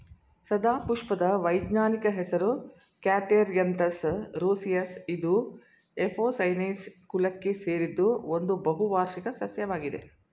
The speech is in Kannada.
ಸದಾಪುಷ್ಪದ ವೈಜ್ಞಾನಿಕ ಹೆಸರು ಕ್ಯಾಥೆರ್ಯಂತಸ್ ರೋಸಿಯಸ್ ಇದು ಎಪೋಸೈನೇಸಿ ಕುಲಕ್ಕೆ ಸೇರಿದ್ದು ಒಂದು ಬಹುವಾರ್ಷಿಕ ಸಸ್ಯವಾಗಿದೆ